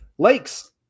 lakes